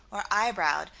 or eyebrowed,